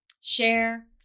share